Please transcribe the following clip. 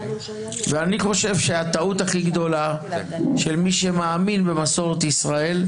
ואני חושב שהטעות הכי גדולה של מי שמאמין במסורת ישראל,